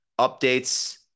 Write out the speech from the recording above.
updates